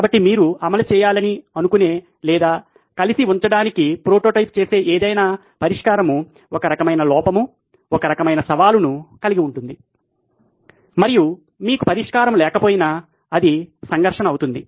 కాబట్టి మీరు అమలు చేయాలని అనుకునే లేదా కలిసి ఉంచడానికి ప్రోటోటైప్ చేసే ఏదైనా పరిష్కారం ఒక రకమైన లోపం ఒక రకమైన సవాలును కలిగి ఉంటుంది మరియు మీకు పరిష్కారం లేకపోయినా అది సంఘర్షణ అవుతుంది